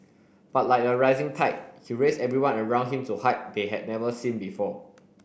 but like a rising tide he raised everyone around him to height they had never seen before